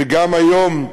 וגם היום,